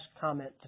comment